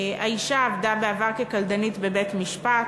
האישה עבדה בעבר כקלדנית בבית-משפט.